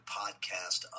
podcast